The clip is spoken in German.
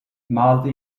malte